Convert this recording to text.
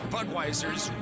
Budweiser's